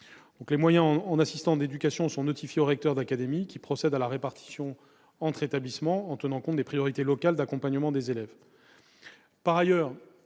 Les moyens en assistants d'éducation sont notifiés aux recteurs d'académie, qui procèdent à leur répartition entre établissements en tenant compte des priorités locales d'accompagnement des élèves.